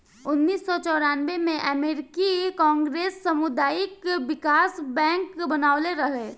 उनऽइस सौ चौरानबे में अमेरिकी कांग्रेस सामुदायिक बिकास बैंक बनइले रहे